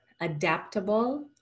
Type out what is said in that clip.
adaptable